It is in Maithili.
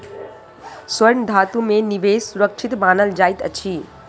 स्वर्ण धातु में निवेश सुरक्षित मानल जाइत अछि